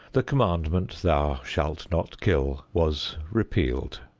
the commandment, thou shalt not kill, was repealed.